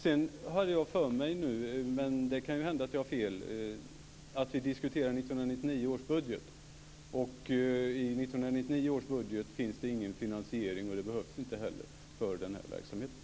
Sedan hade jag för mig, men det kan ju hända att jag har fel, att vi diskuterar 1999 års budget. I 1999 års budget finns ingen finansiering - och det behövs inte heller - för den här verksamheten.